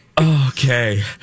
Okay